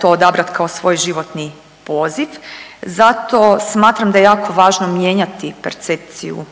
to odabrati kao svoj životni poziv. Zato smatram da je jako važno mijenjati percepciju